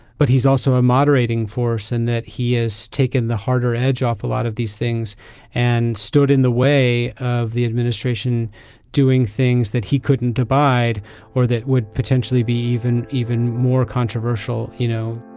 but he's also a moderating force and that he has taken the harder edge off a lot of these things and stood in the way of the administration doing things that he couldn't abide or that would potentially be even even more controversial. you know.